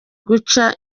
guca